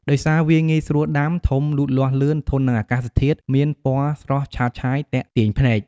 ដោយសារវាងាយស្រួលដាំ ធំលូតលាស់លឿន ធន់នឹងអាកាសធាតុមាន ពណ៌ស្រស់ឆើតឆាយទាក់ទាញភ្នែក។